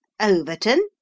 Overton